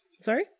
sorry